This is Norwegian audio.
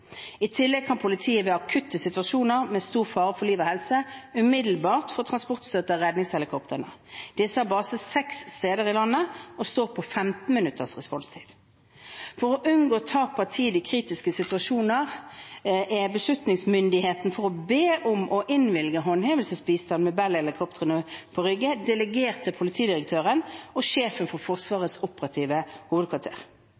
I tillegg kan politiet ved akutte situasjoner med stor fare for liv og helse umiddelbart få transportstøtte av redningshelikoptrene. Disse har base seks steder i landet og står på 15 minutters responstid. For å unngå tap av tid i kritiske situasjoner er beslutningsmyndigheten for å be om og innvilge håndhevelsesbistand med Bell-helikoptrene på Rygge delegert til politidirektøren og sjefen for